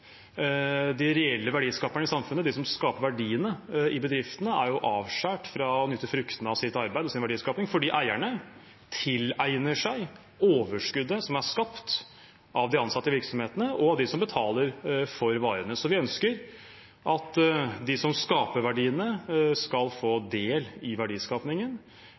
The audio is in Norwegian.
De reelle verdiskaperne i samfunnet, de som skaper verdiene i bedriftene, er jo avskåret fra å nyte fruktene av sitt arbeid og sin verdiskaping fordi eierne tilegner seg overskuddet som er skapt av de ansatte i virksomhetene, og av dem som betaler for varene. Så vi ønsker at de som skaper verdiene, skal få del i